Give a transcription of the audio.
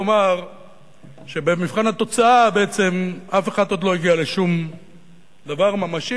לומר שבמבחן התוצאה בעצם אף אחד עוד לא הגיע לשום דבר ממשי,